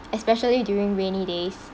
especially during rainy days